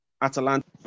Atalanta